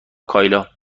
کایلا